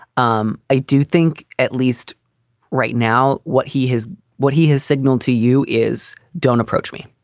um i do think at least right now, what he has what he has signaled to you is don't approach me.